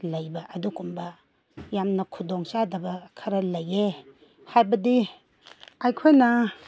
ꯂꯩꯕ ꯑꯗꯨꯒꯨꯝꯕ ꯌꯥꯝꯅ ꯈꯨꯗꯣꯡ ꯆꯥꯗꯕ ꯈꯔ ꯂꯩꯌꯦ ꯍꯥꯏꯕꯗꯤ ꯑꯩꯈꯣꯏꯅ